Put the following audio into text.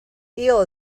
eel